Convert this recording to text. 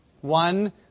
one